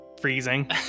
freezing